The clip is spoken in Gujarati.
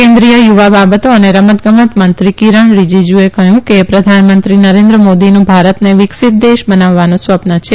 કેન્દ્રીય યુવા બાબતો અને રમતગમત મંત્રી કિરણ રીજીજુએ કહયું કે પ્રધાનમંત્રી નરેન્દ્ર મોદીનું ભારતને વિકસિત દેશ બનાવવાનું સ્વપ્ન છે